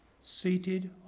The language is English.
seated